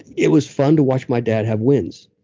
it was fun to watch my dad have wins.